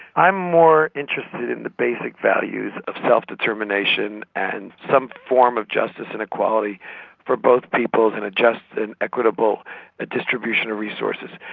i'm more interested in the basic values of self-determination and some form of justice and equality equality for both peoples and a just and equitable ah distribution of resources.